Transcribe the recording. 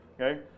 okay